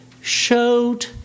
showed